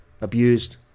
abused